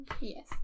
Yes